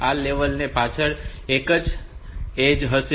આ લેવલ ની પાછળ એક ઍજ હશે